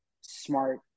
smart